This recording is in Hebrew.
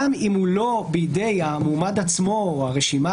גם אם הוא לא בידי המועמד עצמו או הרשימה